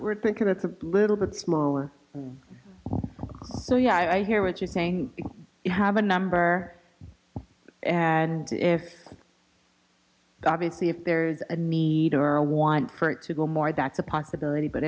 we're thinking that's a little bit smaller so yeah i hear what you're saying you have a number and if obviously if there's a need or a want for it to go more that's a possibility but